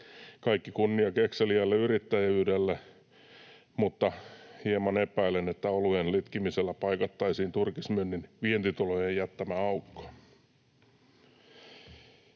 Kaikki kunnia kekseliäälle yrittäjyydelle, mutta hieman epäilen, että oluen litkimisellä paikattaisiin turkismyynnin vientitulojen jättämä aukko.